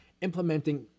implementing